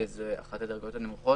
שזו אחת הדרגות הנמוכות.